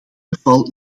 geval